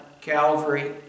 Calvary